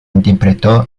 interpretó